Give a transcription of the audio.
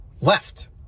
left